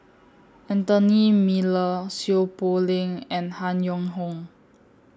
Anthony Miller Seow Poh Leng and Han Yong Hong